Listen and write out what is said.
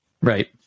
Right